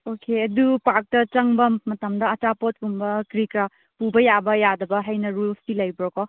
okay ꯑꯗꯨ ꯄꯥꯛꯇ ꯆꯪꯕ ꯃꯇꯝꯗ ꯑꯆꯥꯄꯣꯠ ꯀꯨꯝꯕ ꯀꯔꯤ ꯀꯔꯥ ꯄꯨꯕ ꯌꯥꯕ ꯌꯥꯗꯕ ꯍꯥꯏꯅ ꯔꯨꯜꯁꯀꯤ ꯂꯩꯕ꯭ꯔꯥꯀꯣ